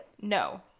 no